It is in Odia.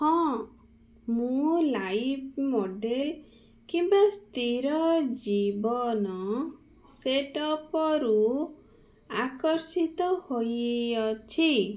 ହଁ ମୁଁ ଲାଇଭ ମଡ଼େଲ କେବେ ସ୍ଥିର ଜୀବନ ସେଟପରୁ ଆକର୍ଷିତ ହୋଇଅଛି